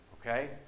okay